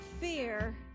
fear